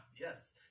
yes